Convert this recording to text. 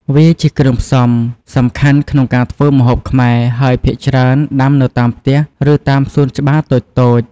វាជាគ្រឿងផ្សំសំខាន់ក្នុងការធ្វើម្ហូបខ្មែរ ហើយភាគច្រើនដាំនៅតាមផ្ទះ ឬតាមសួនច្បារតូចៗ។